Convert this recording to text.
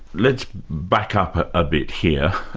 let's back up a bit here.